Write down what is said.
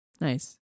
Nice